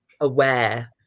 aware